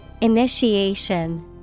Initiation